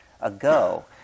ago